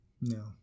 no